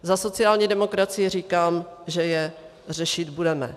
Za sociální demokracii říkám, že je řešit budeme.